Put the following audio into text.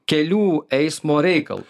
kelių eismo reikalus